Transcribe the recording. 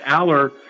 Aller